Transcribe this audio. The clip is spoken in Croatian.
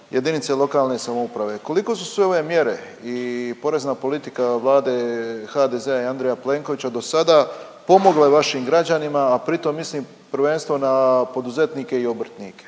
jedinice lokalne samouprave koliko su se ove mjere i porezna politika Vlade HDZ-a i Andreja Plenkovića dosada pomogle vašim građanima, a pritom mislim prvenstveno na poduzetnike i obrtnike